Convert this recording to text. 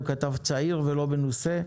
הוא כתב צעיר ולא מנוסה,